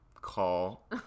call